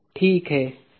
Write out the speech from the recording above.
ठीक है कोई और है